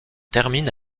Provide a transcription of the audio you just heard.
termine